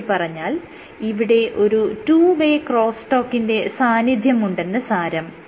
ചുരുക്കിപ്പറഞ്ഞാൽ ഇവിടെ ഒരു ടൂ വേ ക്രോസ്സ് ടോക്കിന്റെ സാന്നിധ്യമുണ്ടെന്ന് സാരം